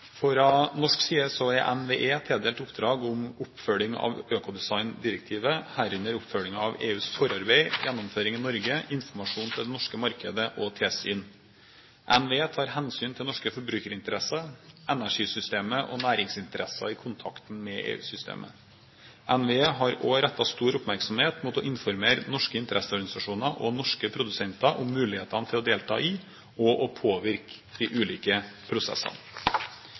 norsk side er NVE tildelt oppdrag om oppfølging av økodesigndirektivet, herunder oppfølging av EUs forarbeid, gjennomføring i Norge, informasjon til det norske markedet og tilsyn. NVE tar hensyn til norske forbrukerinteresser, energisystemet og næringsinteresser i kontakten med EU-systemet. NVE har også rettet stor oppmerksomhet mot å informere norske interesseorganisasjoner og norske produsenter om mulighetene til å delta i og å påvirke de ulike prosessene.